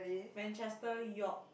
Manchester York